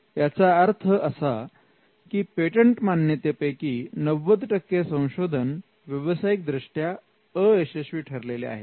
याचा अर्थ पेटंट मान्यते पैकी 90 संशोधन व्यवसायिक दृष्ट्या अयशस्वी ठरलेले आहे